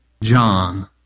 John